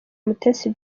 mutesi